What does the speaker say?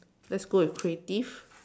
let's go with creative